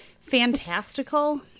fantastical